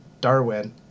Darwin